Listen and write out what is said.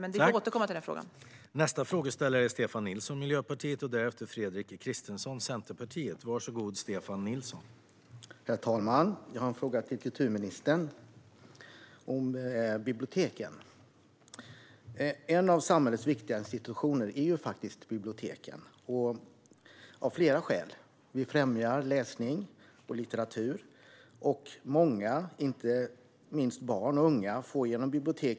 Vi får återkomma till denna fråga.